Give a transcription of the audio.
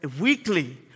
weekly